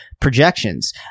projections